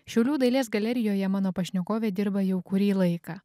šiaulių dailės galerijoje mano pašnekovė dirba jau kurį laiką